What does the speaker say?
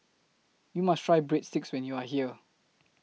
YOU must Try Breadsticks when YOU Are here